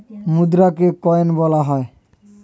মুদ্রাকে coin বলা হয়